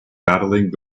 battling